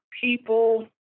people